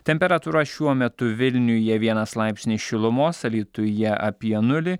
temperatūra šiuo metu vilniuje vienas laipsnis šilumos alytuje apie nulį